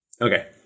Okay